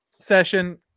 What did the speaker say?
session